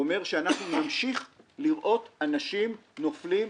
אומר שאנחנו נמשיך לראות אנשים נופלים,